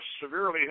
severely